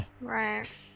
Right